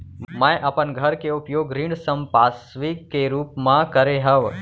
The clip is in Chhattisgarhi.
मै अपन घर के उपयोग ऋण संपार्श्विक के रूप मा करे हव